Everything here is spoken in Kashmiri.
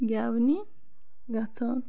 گیٚونہِ گَژھان